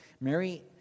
Mary